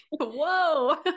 Whoa